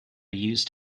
used